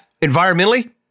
Environmentally